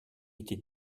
était